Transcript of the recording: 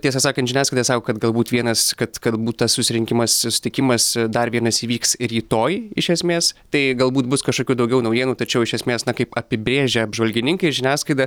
tiesą sakant žiniasklaida sako kad galbūt vienas kad kad tas susirinkimas susitikimas dar vienas įvyks rytoj iš esmės tai galbūt bus kažkokių daugiau naujienų tačiau iš esmės na kaip apibrėžia apžvalgininkai žiniasklaida